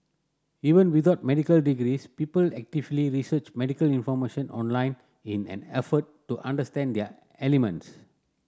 even without medical degrees people actively research medical information online in an effort to understand their ailments